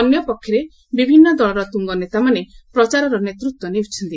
ଅନ୍ୟପକ୍ଷରେ ବିଭିନ୍ନ ଦଳର ତୁଙ୍ଗନେତାମାନେ ପ୍ରଚାରର ନେତୃତ୍ୱ ନେଉଛନ୍ତି